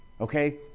okay